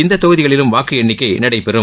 இந்த தொகுதிகளிலும் வாக்கு எண்ணிக்கை நடைபெறும்